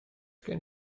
gen